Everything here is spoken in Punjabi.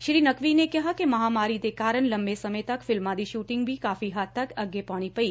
ਸ੍ਰੀ ਨਕਬੀ ਨੇ ਕਿਹਾ ਕਿ ਮਹਾਂਮਾਰੀ ਦੇ ਕਾਰਨ ਲੰਮੇ ਸਮੇਂ ਤੱਕ ਫਿਲਮਾਂ ਦੀ ਸੁਟਿੰਗ ਵੀ ਕਾਫੀ ਹੱਦ ਤੱਕ ਅੱਗੇ ਪਾਉਣੀ ਪਈ